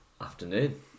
Afternoon